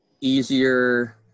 easier